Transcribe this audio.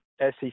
SEC